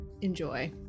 enjoy